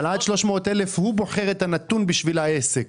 אבל עד 300,000 הוא בוחר את הנתון בשביל העסק.